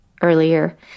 earlier